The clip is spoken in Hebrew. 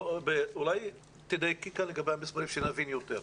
אולי תדייקי כאן לגבי המספרים כדי שנבין יותר.